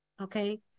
Okay